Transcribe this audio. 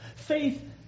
Faith